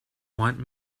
want